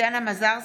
פטין מולא,